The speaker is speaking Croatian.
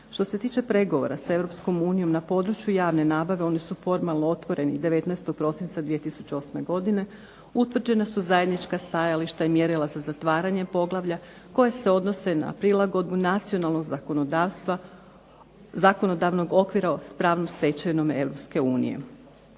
Što se tiče pregovora s EU na području javne nabave oni su formalno otvoreni 19. prosinca 2008. godine, utvrđena su zajednička stajališta i mjerila za zatvaranje poglavlja koja se odnose na prilagodbu nacionalnog zakonodavnog okvira s pravnom stečevinom EU.